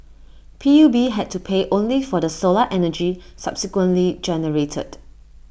P U B had to pay only for the solar energy subsequently generated